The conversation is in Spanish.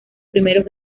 primeros